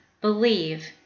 believe